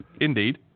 Indeed